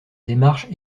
démarche